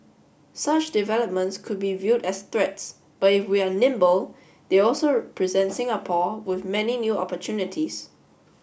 such developments could be viewed as threats but if we are nimble they also present Singapore with many new opportunities